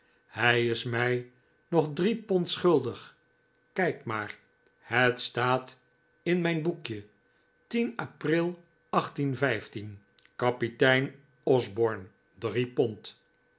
hij is mij nu nog drie pond schuldig kijk maar het staat in mijn boekje april kapitein osborne